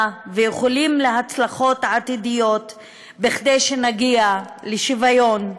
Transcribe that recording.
ואיחולים להצלחות עתידיות בכדי שנגיע לשוויון,